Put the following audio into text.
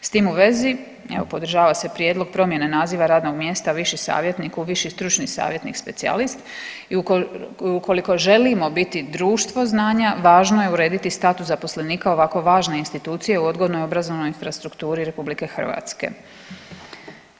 S tim u vezi, evo podržava se prijedlog promjene naziva radnog mjesta viši savjetnik u viši stručni savjetnik specijalist i ukoliko želimo biti društvo znanja važno je urediti status zaposlenika ovako važne institucije u odgojno obrazovnoj infrastrukturi Republike Hrvatske.